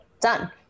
done